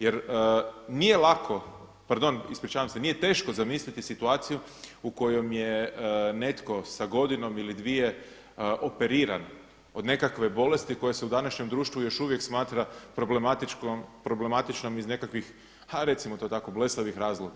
Jer nije lako, pardon ispričavam se, nije teško zamisliti situaciju u kojoj je netko sa godinom ili dvije operiran od nekakve bolesti koja se u današnjem društvu još uvijek smatra problematičnom iz nekakvih a recimo to tako blesavih razloga.